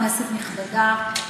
כנסת נכבדה,